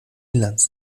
bilanz